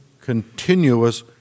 continuous